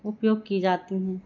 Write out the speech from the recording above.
उपयोग की जाती हैं